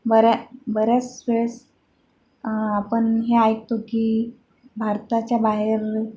बऱ्या बऱ्यास वेळेस आपण हे ऐकतो की भारताच्या बाहेर